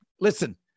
listen